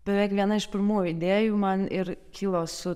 beveik viena iš pirmųjų idėjų man ir kilo su